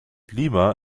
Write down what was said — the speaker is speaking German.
lima